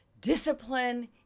discipline